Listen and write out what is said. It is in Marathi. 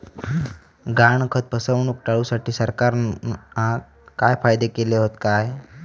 गहाणखत फसवणूक टाळुसाठी सरकारना काय कायदे केले हत काय?